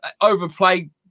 overplayed